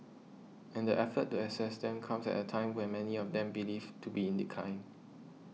and the effort to assess them comes at a time when many of them believed to be in decline